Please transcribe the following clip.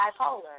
bipolar